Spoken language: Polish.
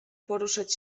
poruszać